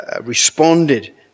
responded